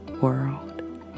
world